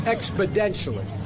Exponentially